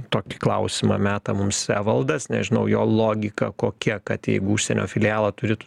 tokį klausimą meta mums evaldas nežinau jo logika kokia kad jeigu užsienio filialą turi